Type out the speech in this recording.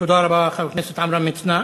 תודה רבה, חבר הכנסת עמרם מצנע.